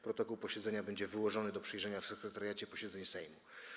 Protokół posiedzenia będzie wyłożony do przejrzenia w Sekretariacie Posiedzeń Sejmu.